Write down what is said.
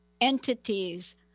entities